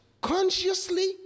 consciously